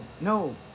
no